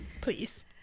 please